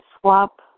swap